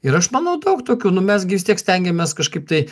ir aš manau daug tokių nu mes gi vis tiek stengiamės kažkaip tai